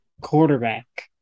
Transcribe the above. quarterback